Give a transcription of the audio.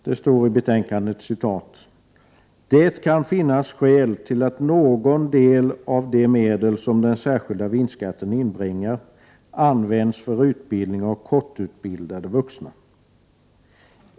Det står i betänkandet att det kan ”finnas skäl till att någon del av de medel som den särskilda vinstskatten inbringar används för utbildning av kortutbildade vuxna.